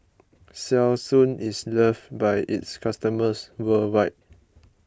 Selsun is loved by its customers worldwide